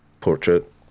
Portrait